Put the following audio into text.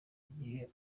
igihe